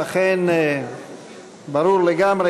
לכן ברור לגמרי,